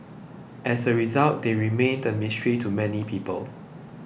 as a result they remain a mystery to many people